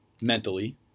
mentally